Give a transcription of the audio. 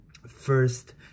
first